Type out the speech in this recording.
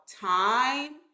time